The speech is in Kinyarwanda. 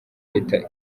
leta